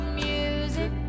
music